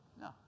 No